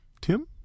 Tim